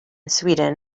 sweden